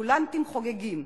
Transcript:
הספקולנטים חוגגים,